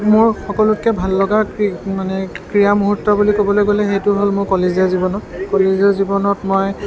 মোৰ সকলোতকৈ ভাল লগা মানে ক্ৰীড়া মুহূৰ্ত বুলি ক'বলৈ গ'লে সেইটো হ'ল মোৰ কলেজীয়া জীৱনত কলেজীয়া জীৱনত মই